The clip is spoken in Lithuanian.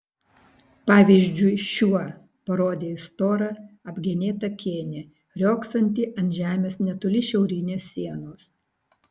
pavyzdžiui šiuo parodė į storą apgenėtą kėnį riogsantį ant žemės netoli šiaurinės sienos